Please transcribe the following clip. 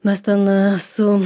mes ten su